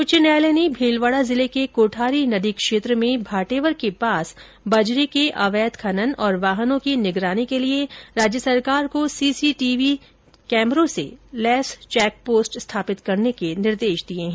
उच्च न्यायालय ने भीलवाड़ा जिले के कोठारी नदी क्षेत्र में भाटेवर के पास बजरी के अवैध खनन और वाहनों की मॉनीटरिंग के लिए राज्य सरकार को सीसीटीवी निगरानी से लैस चैकपोस्ट स्थापित करने के निर्देश दिए हैं